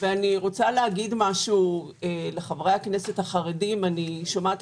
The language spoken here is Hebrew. אני רוצה להגיד משהו לחבר הכנסת החרדים: אני שומעת